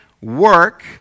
work